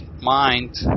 mind